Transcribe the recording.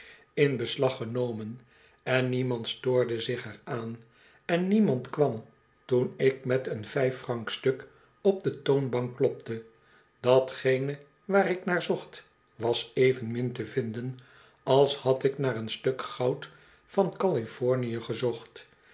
in beslag genomen en niemand stoorde zich er aan en niemand kwam toen ik met een vijffrankstuk op de toonbank klopte datgene waar ik naar zocht was evenmin te vinden als had ik naar een stukje goud van californië gezocht